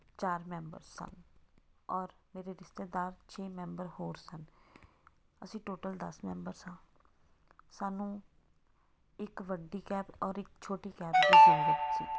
ਚਾਰ ਮੈਂਬਰ ਸਨ ਔਰ ਮੇਰੇ ਰਿਸ਼ਤੇਦਾਰ ਛੇ ਮੈਂਬਰ ਹੋਰ ਸਨ ਅਸੀਂ ਟੋਟਲ ਦਸ ਮੈਂਬਰ ਸੀ ਸਾਨੂੰ ਇੱਕ ਵੱਡੀ ਕੈਬ ਔਰ ਇੱਕ ਛੋਟੀ ਕੈਬ ਚਾਹੀਦੀ ਸੀ